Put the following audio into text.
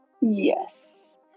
Yes